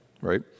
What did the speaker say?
Right